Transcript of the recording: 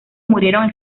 murieron